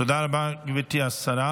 תודה רבה, גברתי השרה.